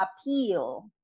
appeal